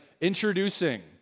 introducing